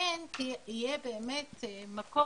ולכן יהיה מקור